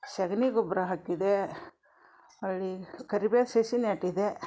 ಸಗಣಿ ಗೊಬ್ಬರ ಹಾಕಿದೆ ಹೊಳ್ಳಿ ಕರಿಬೇವು ಸಸಿ ನೆಟ್ಟಿದೆ